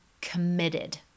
committed